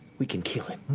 we can kill it.